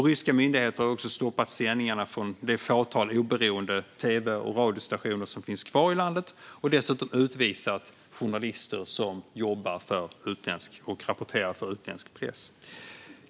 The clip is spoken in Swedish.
Ryska myndigheter har också stoppat sändningarna från det fåtal oberoende tv och radiostationer som finns kvar i landet och har dessutom utvisat journalister som jobbar och rapporterar för utländsk press.